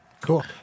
Cool